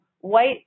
white